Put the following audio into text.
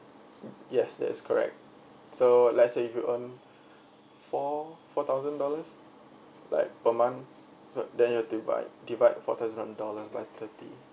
yes that is correct so let say if you own four four thousand dollars like per month so then you have to divide divide four thousand dollars by thirty